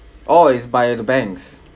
oh it's by the banks